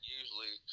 usually